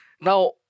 Now